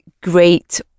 great